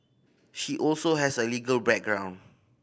she also has a legal background